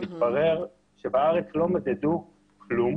מתברר שבארץ לא מדדו כלום,